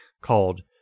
called